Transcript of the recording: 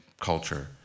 culture